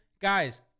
guys